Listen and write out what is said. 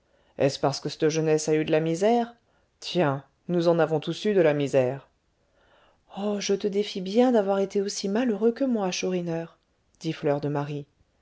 est-ce parce que c'te jeunesse a eu de la misère tiens nous en avons tous eu de la misère oh je te défie bien d'avoir été aussi malheureux que moi chourineur dit